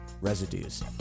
Residues